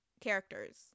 characters